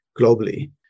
globally